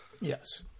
Yes